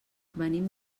venim